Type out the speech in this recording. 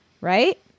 Right